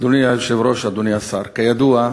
אדוני היושב-ראש, אדוני השר, כידוע,